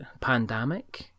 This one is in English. Pandemic